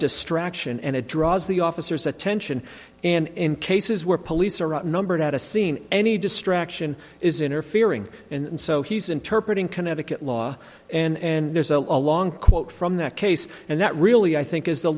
distraction and it draws the officers attention and cases where police are outnumbered at a scene any distraction is interfering and so he's interpret in connecticut law and there's a long quote from that case and that really i think is the